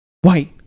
White